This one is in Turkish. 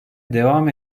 devam